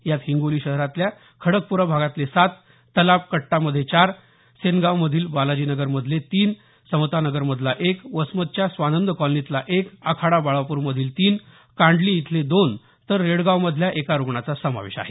यात हिंगोली शहरातल्या खडकपुरा भागातले सात तलाब कट्टामध्ये चार सेनगावमधील बालाजीनगरमधले तीन समता नगरमधला एक वसमतच्या स्वानंद कॉलनीतला एक आखाडा बाळापूरमधील तीन कांडली इथले दोन तर रेडगावमधल्या एका रुग्णाचा समावेश आहे